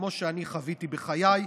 כמו שאני חוויתי בחיי.